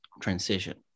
transition